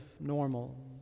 normal